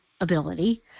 ability